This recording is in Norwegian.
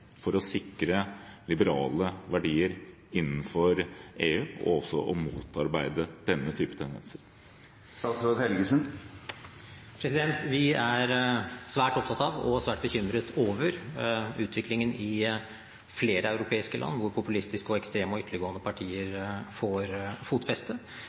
for å sikre liberale verdier innenfor EU og også for å motarbeide denne type tendenser? Vi er svært opptatt av og svært bekymret over utviklingen i flere europeiske land, hvor populistiske, ekstreme og ytterliggående partier får fotfeste.